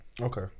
Okay